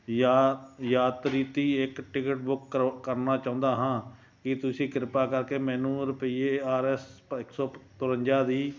ਯਾ ਯਾਤਰੀਤੀ ਇੱਕ ਟਿਕਟ ਬੁੱਕ ਕਰੋ ਕਰਨਾ ਚਾਹੁੰਦਾ ਹਾਂ ਕੀ ਤੁਸੀਂ ਕਿਰਪਾ ਕਰਕੇ ਮੈਨੂੰ ਰੁਪਈਏ ਆਰ ਐਸ ਇੱਕ ਸੌ ਤਰਵੰਜਾ ਦੀ